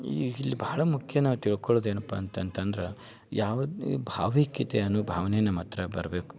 ಈಗ ಇಲ್ಲಿ ಬಹಳ ಮುಖ್ಯ ನಾವು ತಿಳ್ಕೊಳ್ಳೋದು ಏನಪ್ಪ ಅಂತಂತಂದ್ರೆ ಯಾವುದು ಈ ಭಾವೈಕ್ಯತೆ ಅನ್ನುವ ಭಾವನೆ ನಮ್ಮ ಹತ್ರ ಬರಬೇಕು